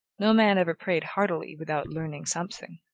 no man ever prayed heartily, without learning something.